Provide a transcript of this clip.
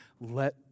let